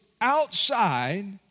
outside